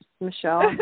Michelle